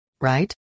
right